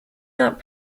not